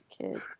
kid